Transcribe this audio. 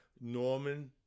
Norman